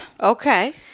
Okay